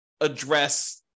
address